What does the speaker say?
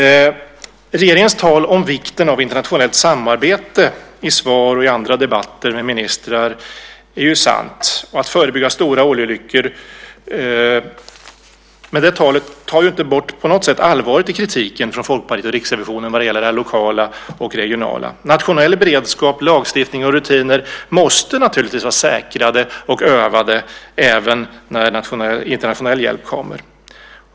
Regeringens tal om vikten av internationellt samarbete för att förebygga stora oljeolyckor, både i svaret i dag och i andra debatter med ministrar, är sant, men det förtar inte på något sätt allvaret i kritiken från Folkpartiet och Riksrevisionen vad gäller det lokala och det regionala. Nationell beredskap, lagstiftning och rutiner måste naturligtvis vara säkrade och övade även när internationell hjälp kommer.